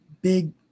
big